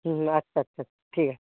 হুম আচ্ছা আচ্ছা ঠিক আছে